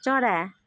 चरा